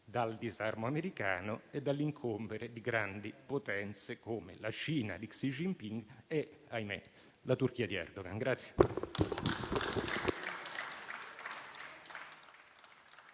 dal disarmo americano e dall'incombere di grandi potenze, come la Cina di Xi Jinping e, ahimè, la Turchia di Erdogan.